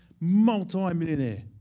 Multi-millionaire